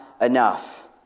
enough